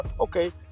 okay